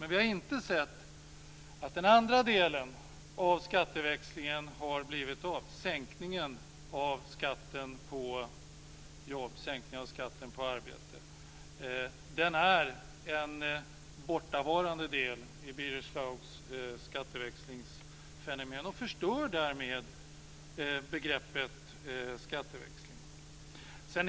Men vi har inte sett att den andra delen av skatteväxlingen har blivit av, dvs. sänkningen av skatten på arbete. Den är en bortavarande del i Birger Schlaugs skatteväxlingsfenomen och förstör därmed begreppet skatteväxling.